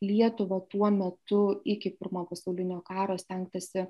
lietuvą tuo metu iki pirmojo pasaulinio karo stengtasi